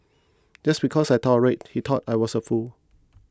just because I tolerated he thought I was a fool